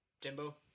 Jimbo